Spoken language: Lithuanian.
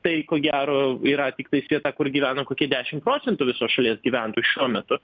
tai ko gero yra tiktais vieta kur gyvena kokie dešim procentų visos šalies gyventojų šiuo metu